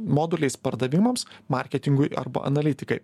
moduliais pardavimams marketingui arba analitikai